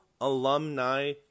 alumni